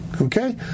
Okay